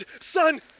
Son